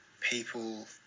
people